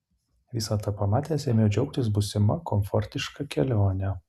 visą tą pamatęs ėmiau džiaugtis būsima komfortiška kelione